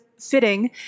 fitting